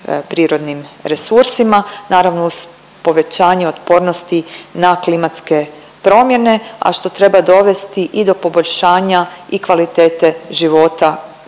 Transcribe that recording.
prirodnim resursima naravno uz povećanje otpornosti na klimatske promjene, a što treba dovesti i do poboljšanja i kvalitete života